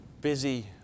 busy